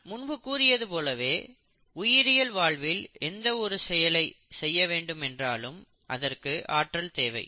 நான் முன்பு கூறியதைப் போலவே உயிரியல் வாழ்வில் எந்த ஒரு செயலை செய்ய வேண்டும் என்றாலும் அதற்கு ஆற்றல் தேவை